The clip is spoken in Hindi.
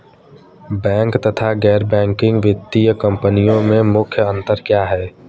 बैंक तथा गैर बैंकिंग वित्तीय कंपनियों में मुख्य अंतर क्या है?